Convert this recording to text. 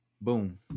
Boom